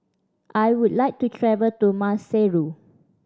I would like to travel to Maseru